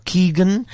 Keegan